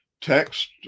text